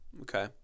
Okay